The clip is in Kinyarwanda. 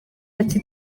ati